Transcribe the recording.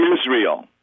Israel